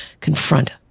confront